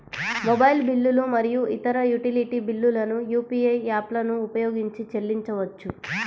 mobile బిల్లులు మరియు ఇతర యుటిలిటీ బిల్లులను యూ.పీ.ఐ యాప్లను ఉపయోగించి చెల్లించవచ్చు